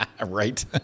Right